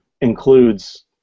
includes